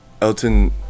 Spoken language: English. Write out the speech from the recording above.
Elton